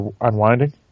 unwinding